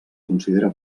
considera